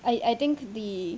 I I think the